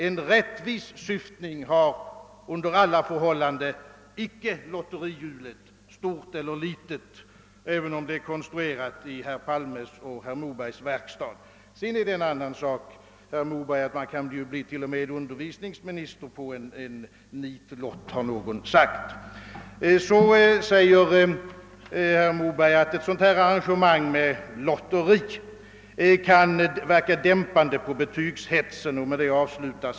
En rättvis syftning har under alla förhållanden icke lotterihjulet, stort eller litet, inte ens om det är konstruerat i herr Palmes och herr Mobergs verkstad. Sedan är det en annan sak, herr Moberg, att man kan bli t.o.m. undervisningsminister på en nitlott — som någon har sagt. Vidare säger herr Moberg att ett arrangemang med lotteri kan verka dämpande på betygshetsen. Svaret avslutas med den meningen.